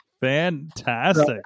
Fantastic